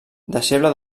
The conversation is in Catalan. deixeble